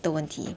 的问题